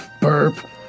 Burp